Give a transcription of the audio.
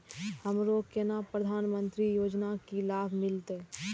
हमरो केना प्रधानमंत्री योजना की लाभ मिलते?